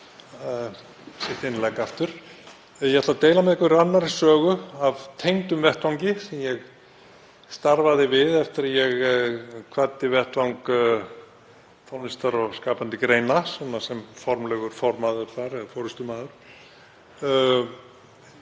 Ég ætla að deila með ykkur annarri sögu af tengdum vettvangi sem ég starfaði við eftir að ég kvaddi vettvang tónlistar og skapandi greina, sem formlegur formaður eða forystumaður.